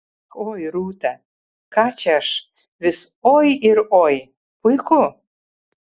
oi rūta ką čia aš vis oi ir oi puiku